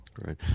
Right